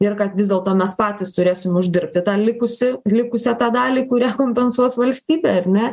ir kad vis dėlto mes patys turėsim uždirbti tą likusį likusią tą dalį kurią kompensuos valstybė ar ne